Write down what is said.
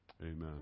Amen